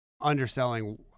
underselling